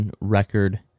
record